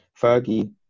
Fergie